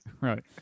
right